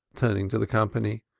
turning to the company.